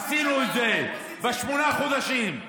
עשינו את זה בשמונה חודשים.